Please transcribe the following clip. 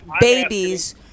babies